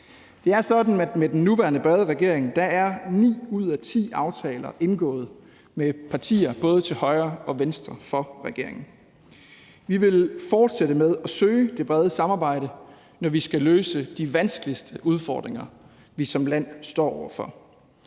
Det er sådan, at med den nuværende brede regering er ni ud af ti aftaler indgået med partier både til højre og venstre for regeringen. Vi vil fortsætte med at søge det brede samarbejde, når vi skal løse de vanskeligste udfordringer, vi som land står over for.